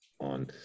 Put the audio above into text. on